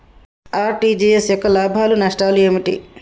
RTGS యొక్క లాభాలు నష్టాలు ఏమిటి?